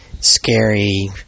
scary